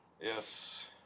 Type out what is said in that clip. Yes